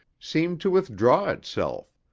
seemed to withdraw itself,